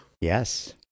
Yes